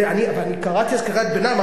ואני קראתי אז קריאת ביניים,